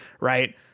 right